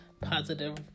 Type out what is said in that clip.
positive